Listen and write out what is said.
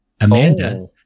Amanda